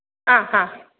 ആഹ് ഹാ